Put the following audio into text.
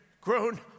grown